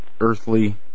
earthly